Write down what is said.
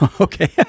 Okay